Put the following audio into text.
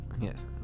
Yes